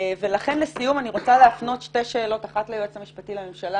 ולכן לסיום אני רוצה להפנות שתי שאלות: האחת ליועץ המשפטי לממשלה,